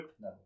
No